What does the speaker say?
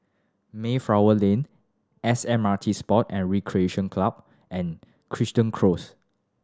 Mayflower Lane S M R T Sports and Recreation Club and Crichton Close